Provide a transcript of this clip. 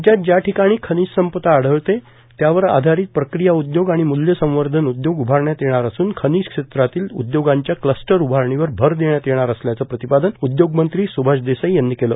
राज्यात ज्या ठिकाणी खनिजसंपदा आढळते त्यावर आधारित प्रक्रिया उद्योग आणि मूल्यसंवर्धन उद्योग उभारण्यात येणार असून खनिज क्षेत्रातील उद्योगांच्या क्लस्टर उभारणीवर भर देण्यात येणार असल्याचं प्रतिपादन उद्योगमंत्री सुभाष देसाई यांनी केल